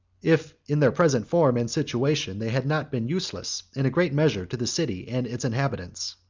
if in their present form and situation they had not been useless in a great measure to the city and its inhabitants.